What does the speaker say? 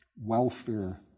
welfare